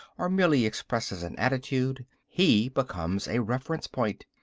or merely expresses an attitude he becomes a reference point.